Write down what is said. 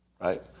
right